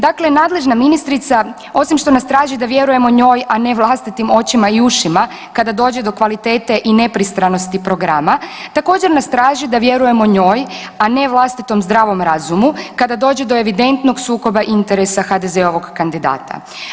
Dakle, nadležna ministrica osim što nas traži da vjerujemo njoj, a ne vlastitim očima i ušima kada dođe do kvalitete i nepristranosti programa, također nas traži da vjerujemo njoj, a ne vlastitom zdravom razumu kada dođe do evidentnog sukoba interesa HDZ-ovog kandidata.